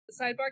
Sidebar